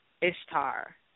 Ishtar